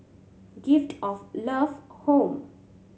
Gift of Love Home